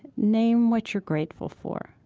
name what your grateful for,